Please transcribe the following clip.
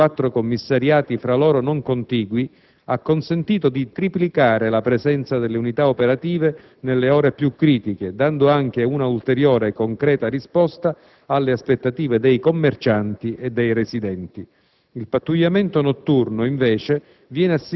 (dalle 8 alle 20) le pattuglie di quattro commissariati fra loro non contigui ha consentito di triplicare la presenza delle unità operative nelle ore più critiche, dando anche un'ulteriore, concreta risposta alle aspettative dei commercianti e dei residenti.